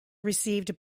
received